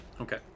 Okay